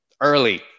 early